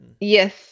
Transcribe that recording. yes